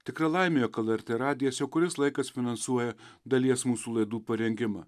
tikra laimė jog lrt radijas jau kuris laikas finansuoja dalies mūsų laidų parengimą